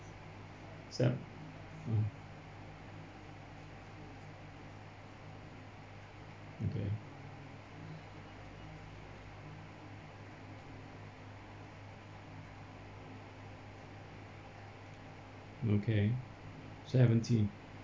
same mm okay okay seventeen